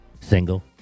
Single